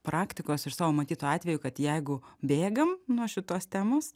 praktikos iš savo matytų atvejų kad jeigu bėgam nuo šitos temos